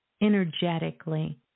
Energetically